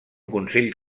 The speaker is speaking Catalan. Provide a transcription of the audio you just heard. consell